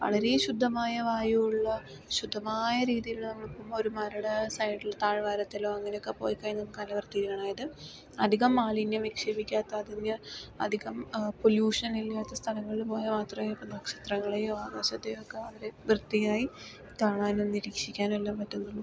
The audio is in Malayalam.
വളരെ ശുദ്ധമായ വായു ഉള്ള ശുദ്ധമായ രീതിയിലുള്ള നമ്മള് ഒരു മരടെ സൈഡിൽ താഴ്വാരത്തിലോ അങ്ങനെയൊക്കെ പോയി കഴിഞ്ഞാൽ നമുക്ക് നല്ല വൃത്തിയുള്ളതായതും അധികം മാലിന്യം നിക്ഷേപിക്കാത്ത അതിന് അധികം പൊല്യൂഷൻ ഇല്ലാത്ത സ്ഥലങ്ങളില് പോയാൽ മാത്രമെ ഇപ്പം നക്ഷത്രങ്ങളേയും ആകാശത്തേയൊക്കെ വളരെ വൃത്തിയായി കാണാനും നിരീക്ഷിക്കാനും എല്ലാം പറ്റാത്തൊള്ളൂ